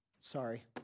Sorry